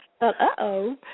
Uh-oh